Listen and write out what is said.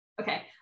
Okay